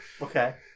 Okay